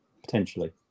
Potentially